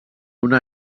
una